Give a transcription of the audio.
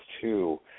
two